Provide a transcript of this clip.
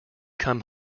come